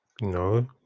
No